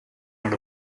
not